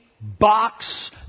box